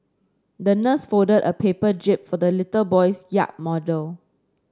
the nurse folded a paper jib for the little boy's yacht model